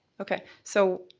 okay, so,